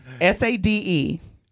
S-A-D-E